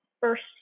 first